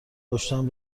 پشتم